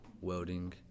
welding